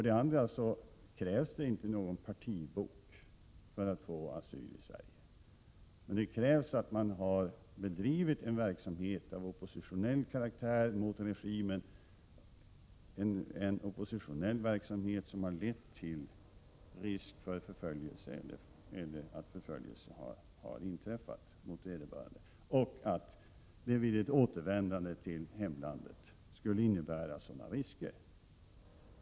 Det krävs inte någon partibok för att få asyl i Sverige. Men det krävs att man har bedrivit en verksamhet av oppositionell karaktär mot regimen, en oppositionell verksamhet som har lett till risk för förföljelse eller att förföljelse har inträffat mot vederbörande och att det vid ett återvändande till hemlandet skulle innebära sådana risker.